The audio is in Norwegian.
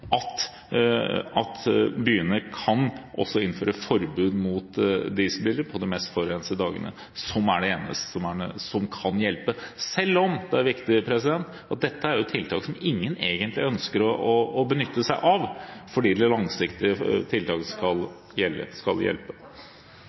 at byene kan innføre forbud mot dieselbiler på de mest forurensede dagene – som er det eneste som kan hjelpe – selv om det også er viktig å si at dette er tiltak som ingen egentlig ønsker å benytte seg av, fordi det er langsiktige tiltak som skal hjelpe?